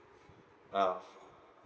ah